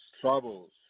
troubles